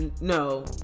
No